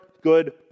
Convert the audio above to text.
good